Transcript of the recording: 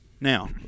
Now